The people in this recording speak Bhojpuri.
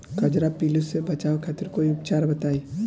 कजरा पिल्लू से बचाव खातिर कोई उपचार बताई?